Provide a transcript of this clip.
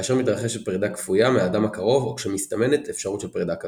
כאשר מתרחשת פרידה כפויה מהאדם הקרוב או כשמסתמנת אפשרות של פרידה כזו.